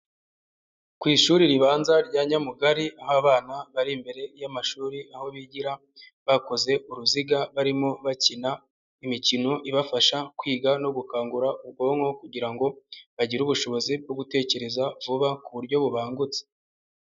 Ku ishuri ribanza rya Nyamugari, aho abana bari imbere y'amashuri aho bigira, bakoze uruziga barimo bakina imikino ibafasha kwiga no gukangura ubwonko, kugira ngo bagire ubushobozi bwo gutekereza vuba ku buryo bubangutse.